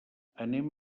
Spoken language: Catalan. anem